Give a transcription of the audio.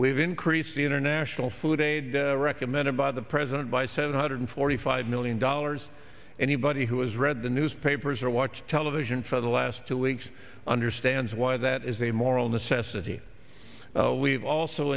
we've increased the international food aid recommended by the president by seven hundred forty five million dollars anybody who has read the newspapers or watch television for the last two weeks understands why that is a moral necessity we've also